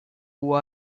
who